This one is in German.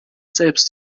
selbst